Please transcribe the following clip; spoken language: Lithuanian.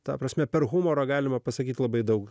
ta prasme per humoro galima pasakyti labai daug